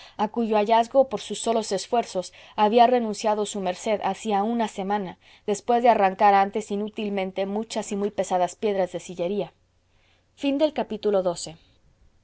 a cuyo hallazgo por sus solos esfuerzos había renunciado su merced hacía una semana después de arrancar antes inútilmente muchas y muy pesadas piedras de sillería xiii